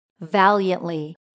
Valiantly